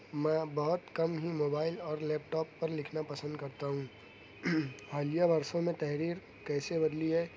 میں اب بہت کم ہی موبائل اور لیپ ٹاپ پر لکھنا پسند کرتا ہوں حالیہ ورشوں میں تحریر کیسے بدلی ہے